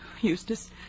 Eustace